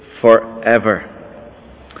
forever